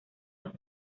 los